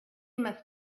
must